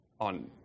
on